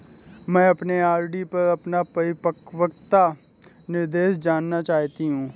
मैं अपने आर.डी पर अपना परिपक्वता निर्देश जानना चाहती हूँ